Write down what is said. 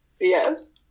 Yes